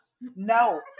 No